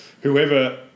whoever